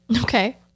Okay